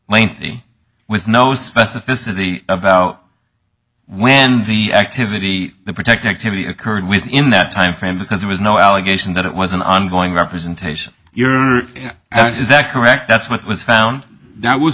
lengthy with no specificity about when the activity to protect activity occurred within that time frame because there was no allegation that it was an ongoing representation your honor as is that correct that's what was found that was